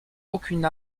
aucune